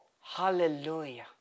Hallelujah